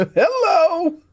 Hello